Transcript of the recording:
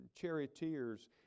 charioteers